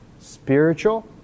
spiritual